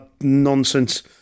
Nonsense